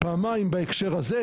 פעמיים בהקשר הזה,